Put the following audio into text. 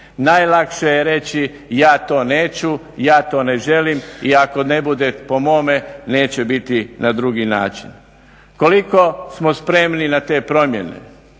Najlakše je reći ja to neću, ja to ne želim i ako ne bude po mome neće biti na drugi način. Koliko smo spremni na te promjene?